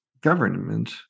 government